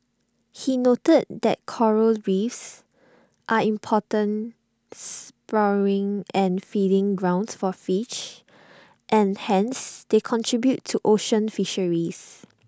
he noted that Coral reefs are important spawning and feeding grounds for fish and hence they contribute to ocean fisheries